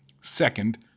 second